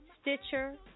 Stitcher